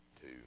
Two